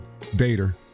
dater